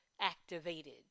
activated